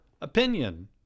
opinion